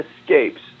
escapes